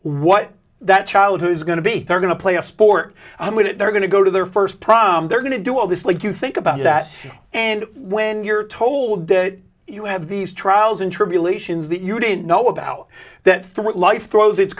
what that child who's going to be they're going to play a sport i'm going to they're going to go to their first prom they're going to do all this like you think about that and when you're told that you have these trials and tribulations that you didn't know about that through what life throws it